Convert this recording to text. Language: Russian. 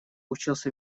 учился